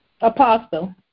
Apostle